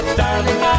darling